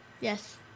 Yes